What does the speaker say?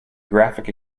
graphic